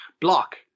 block